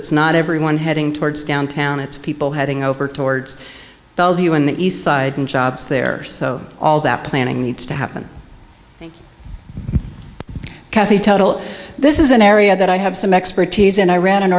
that's not everyone heading towards downtown it's people heading over towards bellevue in the east side and shops there so all that planning needs to happen kathy total this is an area that i have some expertise in i ran an